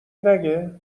نگه